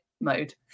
mode